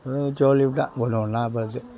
சொல்லி விட்டேன் ஒன்று ஒன்றா பார்த்து